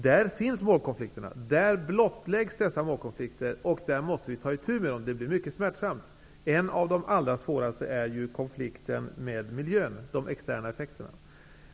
Där finns målkonflikterna, där blottläggs dessa målkonflikter, och där måste vi ta itu med dem. Det blir mycket smärtsamt. En av de allra svåraste är ju konflikten med de externa effekterna på miljön.